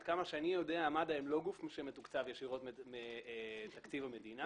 עד כמה שאני יודע מד"א אינו גוף שמתוקצב ישירות מתקציב המדינה,